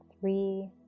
three